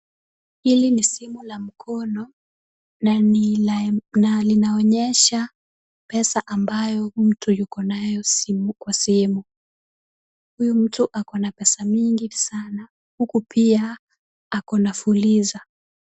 Hili ni simula mkono na inaonyesha pesa ambayo mtu yuko nayo kwa simu. Huyu mtu ako na pesa mingi sana huku pia ako na fuliza.